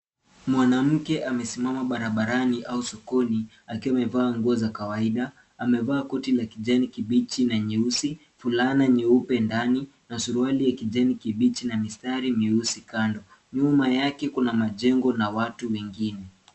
Mwanamke amesimama barabarani au sokoni akiwa amevaa nguo za kawaida. Amevaa koti la kijani kibichi na nyeusi, fulana nyeupe ndani na suruali ya kijani kibichi na mistari mieusi kando. Nyuma yake kuna majengo na watu wengine.